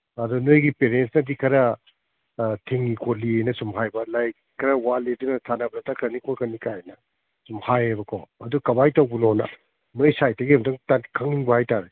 ꯑꯗ ꯅꯣꯏꯒꯤ ꯄꯦꯔꯦꯟꯅꯗꯤ ꯈꯔ ꯑꯥ ꯊꯤꯡꯏ ꯈꯣꯠꯂꯤꯅ ꯁꯨꯝ ꯍꯥꯏꯕ ꯂꯥꯏꯔꯤꯛ ꯈꯔ ꯋꯥꯠꯂꯤ ꯑꯗꯨꯅ ꯁꯥꯟꯅꯕꯗ ꯆꯠꯈ꯭ꯔꯅꯤ ꯈꯣꯠꯈ꯭ꯔꯅꯤ ꯀꯥꯏꯅ ꯁꯨꯝ ꯍꯥꯏꯌꯦꯕꯀꯣ ꯑꯗꯨ ꯀꯃꯥꯏꯅ ꯇꯧꯕꯅꯣꯅ ꯅꯈꯣꯏ ꯁꯥꯏꯠꯇꯒꯤ ꯑꯃꯨꯛꯇꯪ ꯈꯪꯅꯤꯡꯕ ꯍꯥꯏꯇꯥꯔꯦ